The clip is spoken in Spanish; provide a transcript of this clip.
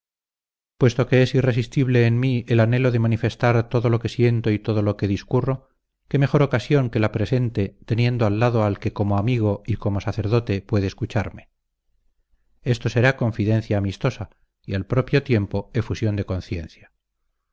puesto que es irresistible en mí el anhelo de manifestar todo lo que siento y todo lo que discurro qué mejor ocasión que la presente teniendo al lado al que como amigo y como sacerdote puede escucharme esto será confidencia amistosa y al propio tiempo efusión de conciencia